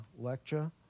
lecture